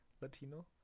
Latino